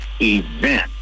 event